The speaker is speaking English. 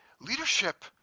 leadership